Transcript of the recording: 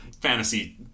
fantasy